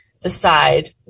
decide